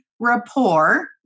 rapport